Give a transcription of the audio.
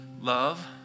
Love